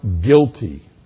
guilty